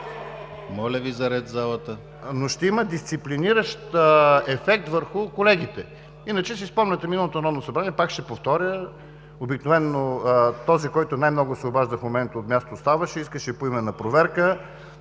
Моля Ви за ред в залата! ТАСКО ЕРМЕНКОВ: …върху колегите. Иначе си спомняте – в миналото Народно събрание, пак ще повторя, обикновено този, който най-много се обажда в момента от място, ставаше, искаше поименна проверка,